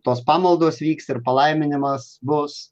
tos pamaldos vyks ir palaiminimas bus